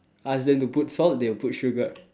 ask them to put salt they'll put sugar